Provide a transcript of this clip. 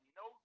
no